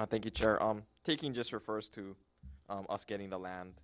i think it's taking just refers to us getting the land